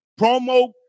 Promo